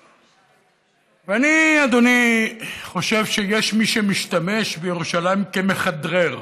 ואני, אדוני, חושב שיש מי שמשתמש בירושלים כמכדרר.